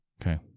Okay